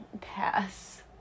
Pass